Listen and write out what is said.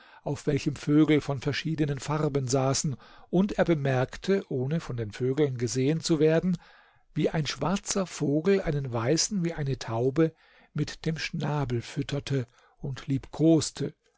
auf welchem vögel von verschiedenen farben saßen und er bemerkte ohne von den vögeln gesehen zu werden wie ein schwarzer vogel einen weißen wie eine taube mit dem schnabel fütterte und